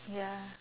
ya